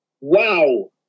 wow